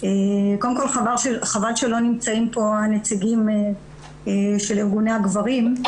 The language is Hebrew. קודם כל חבל שלא נמצאים פה הנציגים של ארגוני הגברים.